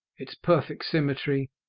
its perfect symmetry,